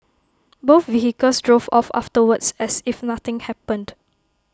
both vehicles drove off afterwards as if nothing happened